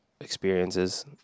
experiences